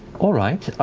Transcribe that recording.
all right.